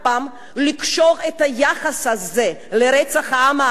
לקשור את היחס הזה לרצח העם הארמני